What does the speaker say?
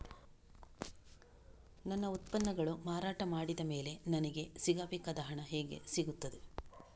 ನನ್ನ ಉತ್ಪನ್ನಗಳನ್ನು ಮಾರಾಟ ಮಾಡಿದ ಮೇಲೆ ನನಗೆ ಸಿಗಬೇಕಾದ ಹಣ ಹೇಗೆ ಸಿಗುತ್ತದೆ?